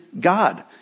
God